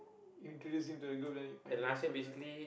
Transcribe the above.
introduce him to the group then you find new people inside